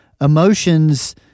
emotions